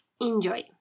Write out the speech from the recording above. enjoy